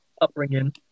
upbringing